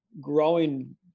growing